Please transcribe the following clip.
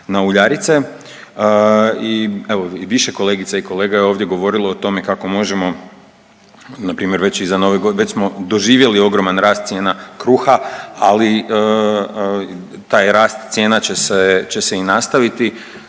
i evo, i više kolegica i kolega je ovdje govorilo o tome kako možemo npr. već iza .../nerazumljivo/... već smo doživjeli ogroman rast cijena kruha, ali taj rast cijena će se i nastaviti,